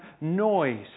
noise